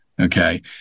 Okay